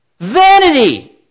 Vanity